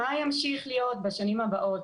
מה ימשיך להיות בשנים הבאות.